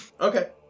okay